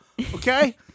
okay